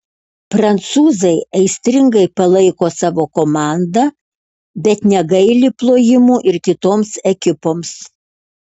prancūzai aistringai palaiko savo komandą bet negaili plojimų ir kitoms ekipoms